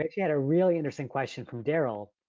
actually had a really interesting question from darrell.